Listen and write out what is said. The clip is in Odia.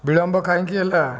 ବିଳମ୍ବ କାହିଁକି ହେଲା